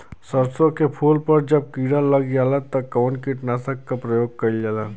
सरसो के फूल पर जब किड़ा लग जाला त कवन कीटनाशक क प्रयोग करल जाला?